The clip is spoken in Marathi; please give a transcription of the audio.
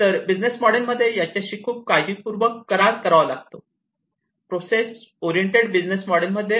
तर बिजनेस मॉडेलमध्ये याच्याशी खूप काळजीपूर्वक करार करावा लागतो प्रोसेस ओरिएंटेड बिझनेस मॉडेल मध्ये